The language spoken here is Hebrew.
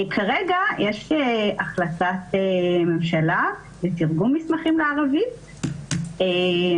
כרגע יש החלטת ממשלה לתרגום מסמכים לערבית,